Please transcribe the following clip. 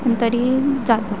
पण तरी जातात